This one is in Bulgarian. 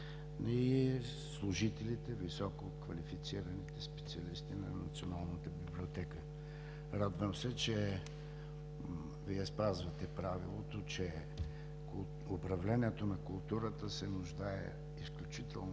и служителите, висококвалифицираните специалисти на Националната библиотека. Радвам се, че Вие спазвате правилото, че управлението на културата се нуждае изключително